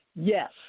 Yes